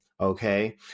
Okay